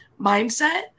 mindset